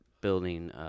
building –